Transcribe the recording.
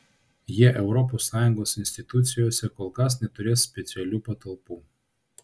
jie europos sąjungos institucijose kol kas neturės specialių patalpų